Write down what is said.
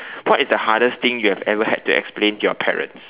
what is the hardest thing you have ever had to explain to your parents